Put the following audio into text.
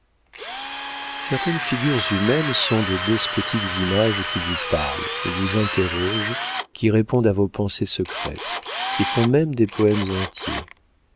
certaines figures humaines sont de despotiques images qui vous parlent vous interrogent qui répondent à vos pensées secrètes et font même des poèmes entiers